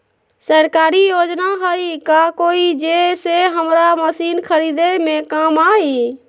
सरकारी योजना हई का कोइ जे से हमरा मशीन खरीदे में काम आई?